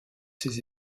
ses